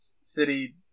city